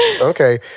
okay